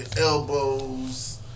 elbows